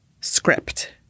script